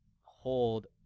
hold